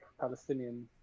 palestinian